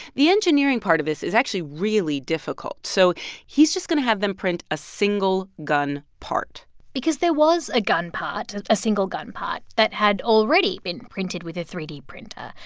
the engineering part of this is actually really difficult. so he's just going to have them print a single gun part because there was a gun part a single gun part that had already been printed with a three d printer.